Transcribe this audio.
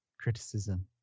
criticism